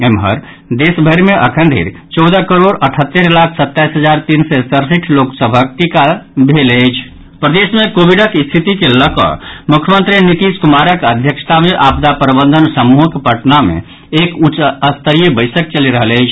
एम्हर देशभरि मे अखन धरि चौदह करोड़ अठहत्तरि लाख सत्ताईस हजार तीन सय सड़सठि लोक सभक टीका प्रदेश मे कोविडक स्थिति के लऽ कऽ मुख्यमंत्री नीतीश कुमारक अध्यक्षता मे आपदा प्रबंधन समूहक पटना मे एक उच्च स्तरीय बैसक चलि रहल अछि